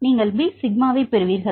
நீங்கள் பி சிக்மாவைப் பெறுவீர்கள்